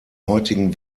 heutigen